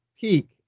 peak